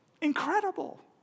Incredible